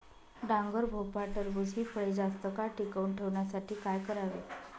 डांगर, भोपळा, टरबूज हि फळे जास्त काळ टिकवून ठेवण्यासाठी काय करावे?